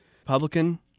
Republican